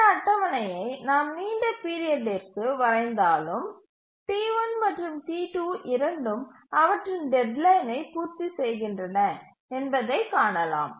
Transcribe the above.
இந்த அட்டவணையை நாம் நீண்ட பீரியடிற்கு வரைந்தாலும் T1 மற்றும் T2 இரண்டும் அவற்றின் டெட்லைனை பூர்த்தி செய்கின்றன என்பதைக் காணலாம்